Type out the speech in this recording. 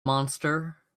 monster